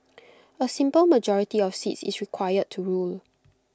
A simple majority of seats is required to rule